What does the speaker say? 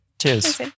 Cheers